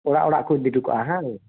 ᱚᱲᱟᱜ ᱚᱲᱟᱜ ᱠᱚ ᱤᱫᱤ ᱚᱴᱚ ᱠᱟᱜᱼᱟ ᱦᱮᱸ ᱵᱟᱝ